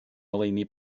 ngoleuni